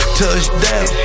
touchdown